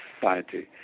society